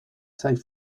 safely